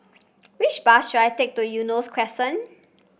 which bus should I take to Eunos Crescent